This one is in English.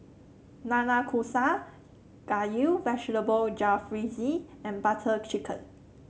Nanakusa Gayu Vegetable Jalfrezi and Butter Chicken